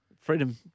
Freedom